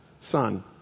son